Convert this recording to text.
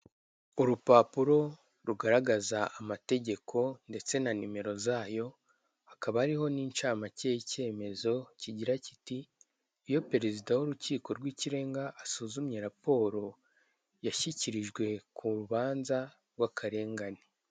Urupapuro rugaragaza amategeko ndetse na nimero zayo hakaba hariho n'incamake y' ikemezo kigira kiti: "iyo perezida w'Urukiko rw'ikirenga asuzumye raporo yashyikirijwe ku rubanza rw'akarengane".